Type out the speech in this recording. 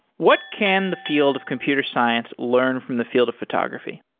what can the field of computer science learn from the field of photography?